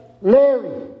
Larry